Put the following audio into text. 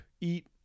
eat